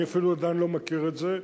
אני אפילו עדיין לא מכיר את זה,